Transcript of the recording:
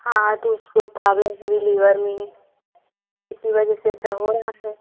हाँ तो उसको प्रॉब्लम है लिवर में इसी वजह से ऐसा हो रहा है